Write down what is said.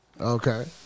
okay